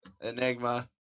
Enigma